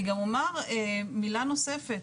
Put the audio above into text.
אני גם אומר מילה נוספת.